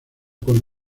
con